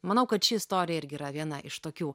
manau kad ši istorija irgi yra viena iš tokių